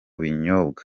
binyobwa